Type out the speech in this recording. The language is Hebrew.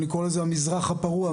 אני קורא לזה המזרח הפרוע.